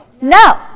No